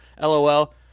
LOL